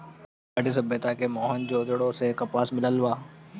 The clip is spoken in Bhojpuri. सिंधु घाटी सभ्यता के मोहन जोदड़ो से कपास मिलल बा